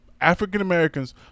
African-Americans